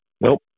Nope